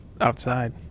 Outside